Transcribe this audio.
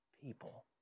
people